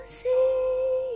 see